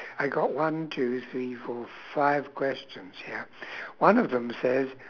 I got one two three four five questions here one of them says